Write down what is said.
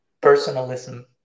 personalism